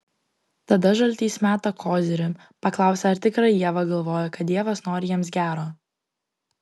tada žaltys meta kozirį paklausia ar tikrai ieva galvoja kad dievas nori jiems gero